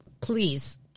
please